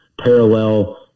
parallel